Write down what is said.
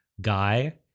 Guy